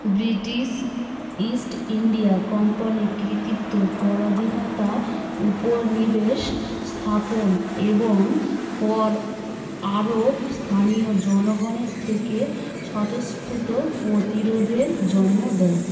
British East India Company কৃতিত্ব পরাধীনতা উপনিবেশ স্থাপন এবং কর আরোপ স্থানীয় জনগণের থেকে স্বতঃস্ফূর্ত প্রতিরোধের জন্ম দেয়